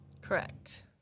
Correct